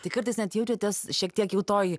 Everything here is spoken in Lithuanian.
tai kartais net jaučiatės šiek tiek jau toj